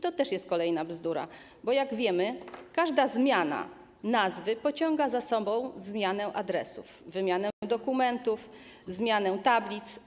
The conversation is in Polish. To też jest kolejna bzdura, bo jak wiemy, każda zmiana nazwy pociąga za sobą zmianę adresów, wymianę dokumentów, zmianę tablic.